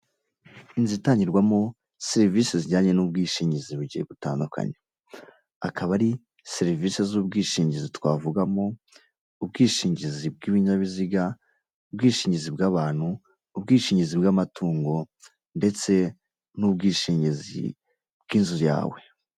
Inzu itangirwamo serivisi zijyanye n'ubwishingizi bugiye gutandukanye, akaba ari serivisi z'ubwishingizi twavugamo ubwishingizi bw'ibinyabiziga, ubwishingizi bw'abantu, ubwishingizi bw'amatungo ndetse n'ubwishingizi bw'inzu yawe.